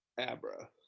Abra